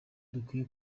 dukwiye